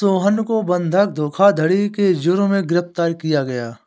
सोहन को बंधक धोखाधड़ी के जुर्म में गिरफ्तार किया गया